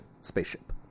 spaceship